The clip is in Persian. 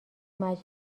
مجلس